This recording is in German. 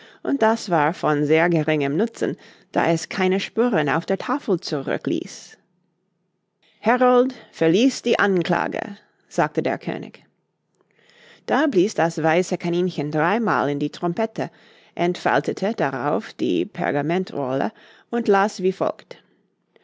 und das war von sehr geringem nutzen da es keine spuren auf der tafel zurückließ herold verlies die anklage sagte der könig da blies das weiße kaninchen drei mal in die trompete entfaltete darauf die pergamentrolle und las wie folgt